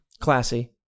Classy